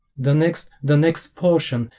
the next the next portion,